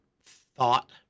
thought